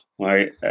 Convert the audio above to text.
Right